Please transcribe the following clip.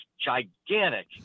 gigantic